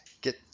get